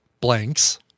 blanks